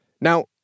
Now